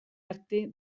arte